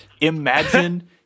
imagine